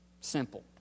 Simple